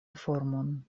formon